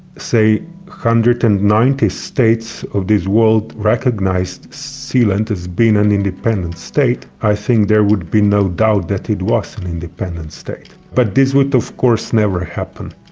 say one hundred and ninety states of this world recognized sealand as being an independent state, i think there would be no doubt that it was an independent state, but this would, of course, never happen